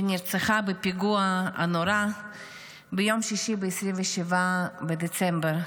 שנרצחה בפיגוע הנורא ביום שישי ה-27 בדצמבר.